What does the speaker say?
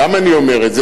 למה אני אומר את זה?